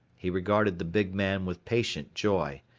he regarded the big man with patient joy,